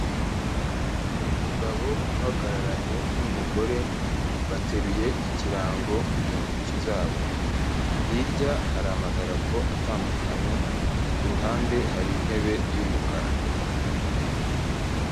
Ni umugabo uhagararanye n'umugore, bateruye ikirango mu ntoki zabo. Hirya, hari amadarapo atandukanye, ku ruhande hari intebe y'umukara.